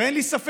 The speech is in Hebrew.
ואין לי ספק